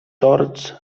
torts